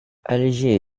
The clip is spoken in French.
allégée